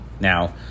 Now